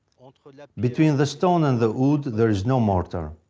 between the stone and the wood there is no mortar.